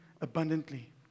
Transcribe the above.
abundantly